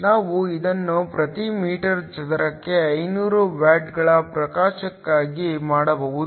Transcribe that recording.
ನಾವು ಇದನ್ನು ಪ್ರತಿ ಮೀಟರ್ ಚದರಕ್ಕೆ 500 ವ್ಯಾಟ್ಗಳ ಪ್ರಕಾಶಕ್ಕಾಗಿ ಮಾಡಬಹುದು